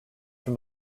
from